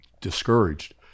discouraged